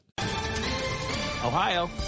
Ohio